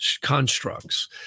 constructs